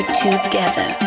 together